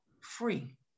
free